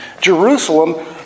Jerusalem